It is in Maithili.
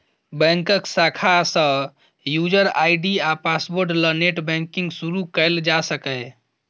बैंकक शाखा सँ युजर आइ.डी आ पासवर्ड ल नेट बैंकिंग शुरु कयल जा सकैए